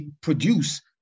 produce